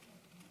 פועה.